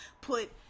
put